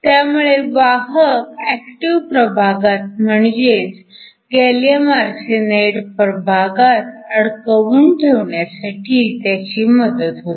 त्यामुळे वाहक ऍक्टिव्ह प्रभागात म्हणजेच गॅलीअम आर्सेनाईड प्रभागात अडकवून ठेवण्यासाठी त्याची मदत होते